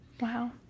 Wow